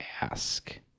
ask